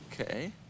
Okay